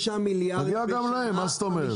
מגיע גם להם, מה זאת אומרת?